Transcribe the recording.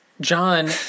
John